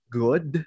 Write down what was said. good